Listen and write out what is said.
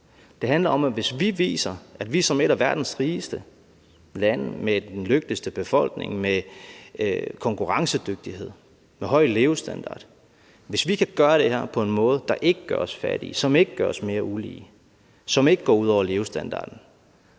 Det handler om, at hvis vi viser, at vi som et af verdens rigeste lande med den lykkeligste befolkning, med konkurrencedygtighed, med høj levestandard, kan gøre det her på en måde, der ikke gør os fattige, som ikke gør os mere ulige, og som ikke går ud over levestandarden,